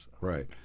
Right